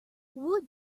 would